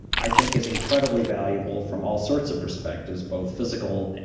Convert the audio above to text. i think is incredibly valuable from all sorts of perspectives, both physical,